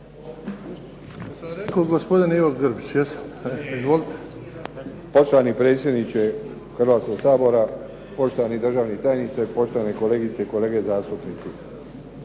Poštovani predsjedniče Hrvatskoga sabora, poštovani državni tajniče, poštovani kolegice i kolege zastupnici.